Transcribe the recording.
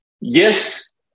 Yes